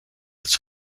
its